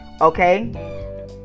Okay